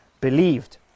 believed